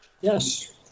Yes